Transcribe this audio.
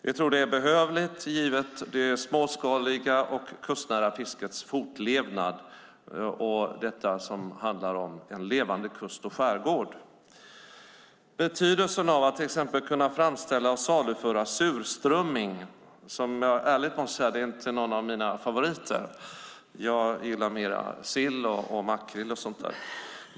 Vi tror att det är behövligt, givet det småskaliga och kustnära fiskets fortlevnad och detta som handlar om en levande kust och skärgård. Det här gäller betydelsen av att till exempel kunna framställa och saluföra surströmming. Jag måste ärligt säga att det inte är någon av mina favoriter - jag gillar mer sill, makrill och sådant.